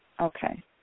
Okay